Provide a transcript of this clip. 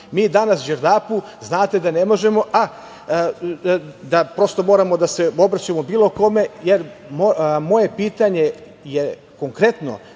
Mi danas Đerdapu, znate da ne možemo, a da prosto moramo da se obraćamo bilo kome, jer moje pitanje je konkretno,